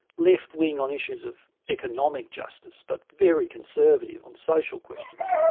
left-wing on issues of economic justice, but very conservative on social questions,